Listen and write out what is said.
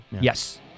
yes